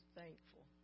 thankful